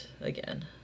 again